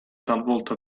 talvolta